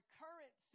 current